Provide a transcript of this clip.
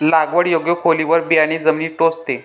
लागवड योग्य खोलीवर बियाणे जमिनीत टोचते